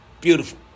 Beautiful